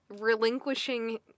relinquishing